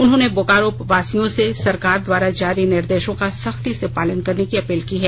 उन्होंने बोकारो वासियों से सरकार द्वारा जारी निर्देशों का सख्ती से पालन करने की अपील की है